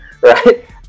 right